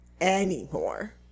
anymore